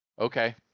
okay